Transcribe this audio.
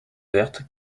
vertes